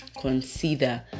consider